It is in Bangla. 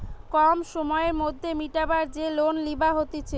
কম সময়ের মধ্যে মিটাবার যে লোন লিবা হতিছে